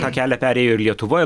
tą kelią perėjo ir lietuva